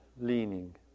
leaning